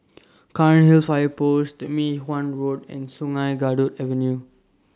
Cairnhill Fire Post Mei Hwan Road and Sungei Kadut Avenue